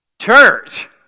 Church